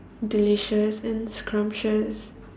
delicious and scrumptious